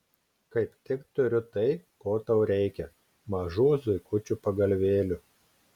kaip tik turiu tai ko tau reikia mažų zuikučių pagalvėlių